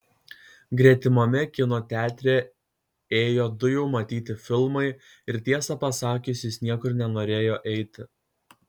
gretimame kino teatre ėjo du jau matyti filmai ir tiesą pasakius jis niekur nenorėjo eiti